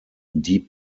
deep